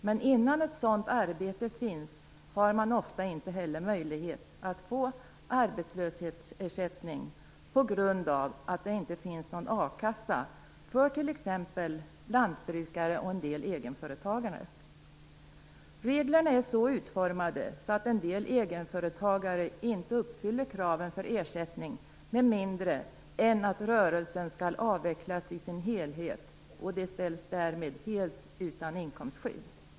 Men innan ett sådant arbete finns, har man ofta inte heller möjlighet att få arbetslöshetsersättning på grund av att det inte finns någon a-kassa. Det gäller t.ex. lantbrukare och en del egenföretagare. Reglerna är så utformade att en del egenföretagare inte uppfyller kraven för ersättning med mindre än att rörelsen skall avvecklas i sin helhet. De ställs därmed helt utan inkomstskydd.